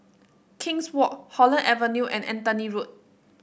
King's Walk Holland Avenue and Anthony Road